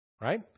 Right